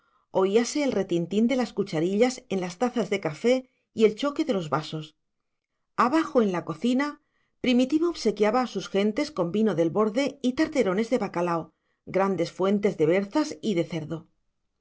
y bizcochos oíase el retintín de las cucharillas en las tazas de café y el choque de los vasos abajo en la cocina primitivo obsequiaba a sus gentes con vino del borde y tarterones de bacalao grandes fuentes de berzas y cerdo